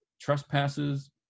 trespasses